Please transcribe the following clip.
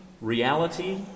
reality